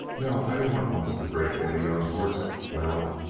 now if any one wants to break in a young horse well,